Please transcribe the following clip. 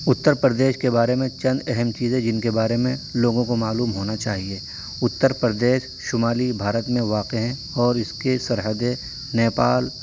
اتر پردیش کے بارے میں چند اہم چیزیں جن کے بارے میں لوگوں کو معلوم ہونا چاہیے اتر پردیش شمالی بھارت میں واقع ہے اور اس کی سرحدیں نیپال